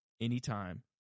anytime